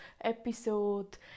episode